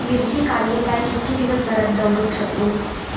मिर्ची काडले काय कीतके दिवस घरात दवरुक शकतू?